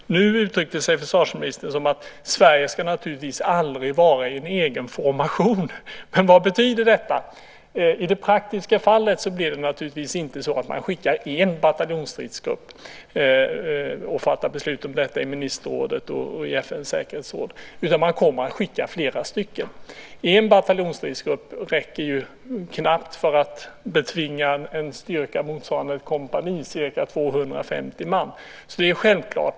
Nu uttryckte försvarsministern det som att Sverige naturligtvis aldrig ska vara i en egen formation, men vad betyder detta? I det praktiska fallet blir det naturligtvis inte så att man skickar en bataljonsstridsgrupp och fattar beslut om detta i ministerrådet och i FN:s säkerhetsråd. Man kommer att skicka flera stycken. En bataljonsstridsgrupp räcker ju knappt till att betvinga en styrka motsvarande ett kompani, ca 250 man.